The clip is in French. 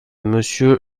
monsieur